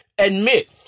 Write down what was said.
admit